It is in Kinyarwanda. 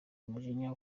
umujinya